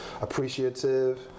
appreciative